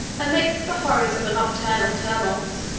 amidst the horrors of a nocturnal tumult,